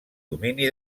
domini